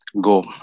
go